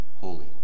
holy